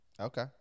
Okay